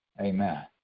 Amen